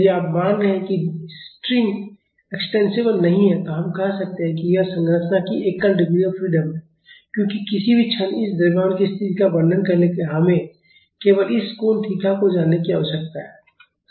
यदि आप मान रहे हैं कि स्ट्रिंग एक्स्टेंसिबल नहीं है तो हम कह सकते हैं कि यह संरचना की एकल डिग्री ऑफ फ्रीडम है क्योंकि किसी भी क्षण इस द्रव्यमान की स्थिति का वर्णन करने के लिए हमें केवल इस कोण थीटा को जानने की आवश्यकता है